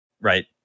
right